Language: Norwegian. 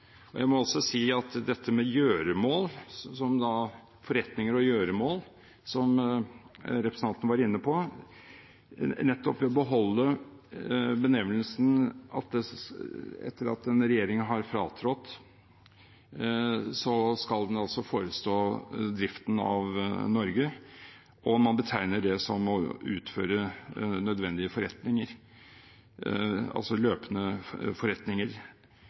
Jeg må også si til dette med forretninger og gjøremål – som representanten var inne på – at nettopp ved å beholde benevnelsen, at etter at en regjering har fratrådt, skal den altså forestå driften av Norge, og man betegner det som å utføre nødvendige forretninger, altså løpende forretninger,